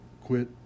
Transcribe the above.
quit